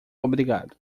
obrigado